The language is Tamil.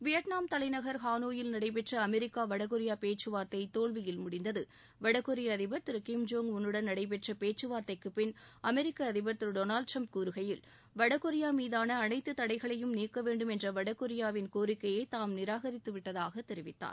வியட்நாம் தலைநகர் ஹானோயில் நடைபெற்ற அமெரிக்கா வடகொரியா பேச்சுவார்த்தை தோல்வியில் முடிந்தது வடகொரிய அதிபர் திரு கிம் ஜோங் உள் னுடன் நடைபெற்ற பேச்சுவார்த்தைக்குப்பின் அமெரிக்க அதிபர் திரு டொனால்டு டிரம்ப் கூறுகையில் வடகொரியா மீதான அனைத்து தடைகளையும் நீக்க வேண்டும் என்ற வடகொரியாவின் கோரிக்கையை தாம் நிராகரித்துவிட்டதாக தெரிவித்தார்